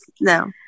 no